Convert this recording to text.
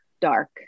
dark